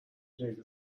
جدید